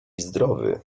zdrowy